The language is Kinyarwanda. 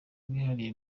bwihariye